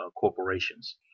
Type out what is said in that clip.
corporations